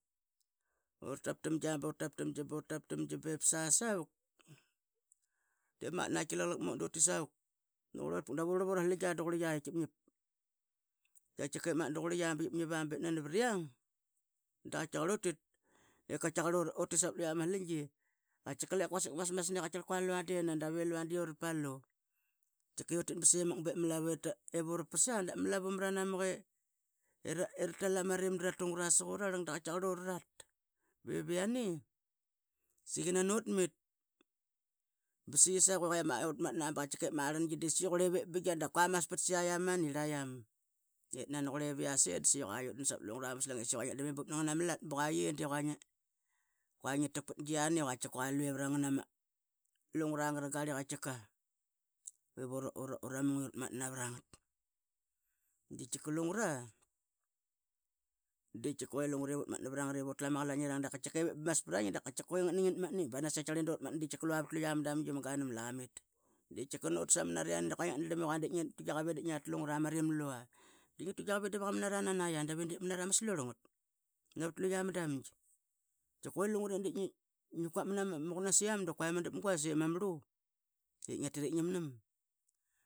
Uratap tamgi burtap tamgi burtap tamgi bep sasavuq. Da naqatki laqlaq mut dutit savuq da qurlut pak dav urarlap ura slingia duqurlia I tkuap ngiap da tkiqa ep magat duqurlia be I apngiap be nani priang da qatkiaqarl utit I qatkiaqarl utit savat lua ma slingi. Qatkiqa lep quasik masmas na tkiaqarl qua lua de nan dave lua di ura palu tkiqa utit be semak bu ra pasa dap ma lavu maranamaq I ratal ama rim da ra tungra sa qurarlang da qatkiaqarl urarat. Bip iani saiyi nanutmit ba saiyi savuq I uratmatna ba qua iama rlangi di saiyi qurli bingia da qua maspat siayam ma nirlaiyam nani qurli ip iase da saiyi qua iut dam savat lungra ma slang ngia drlam I bup nangna malat. Ba saiyi qua ye di ngi taq pat gia ni qatkiqa qua lue varangat pat lungra ra garli I ura mung I uratmatna navra ngat. Di tkiqa lunggra di tkiqa lungra Ivuratmatna navra ngat ivur rutlu am qlainiring ivip ba maspra ngi da qatkiqa matna banas tkiaqarl I duratmat da qatkiqa lua vat luamadamgi ma ganam lua mit. Di tkiqa nutas ama nat iane da qua ngia drlam ngia tu gia qavap I dip ngara ma rim lua di ngia tu gia qavap I diva qamanara nanaia dave dip manat ama slurl ngat. Navat lu ia ma damgi que lungra I dip ngiquap mana qunasiam da qua iama dapguas ip mamarlu ip ngia tit ip ngiam.